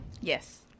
Yes